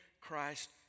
Christ